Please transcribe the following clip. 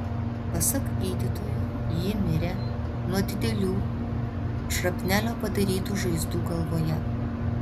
pasak gydytojų ji mirė nuo didelių šrapnelio padarytų žaizdų galvoje